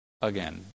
again